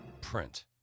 Print